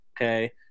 okay